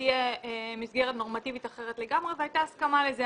שתהיה מסגרת נורמטיבית אחרת לגמרי והייתה הסכמה לזה.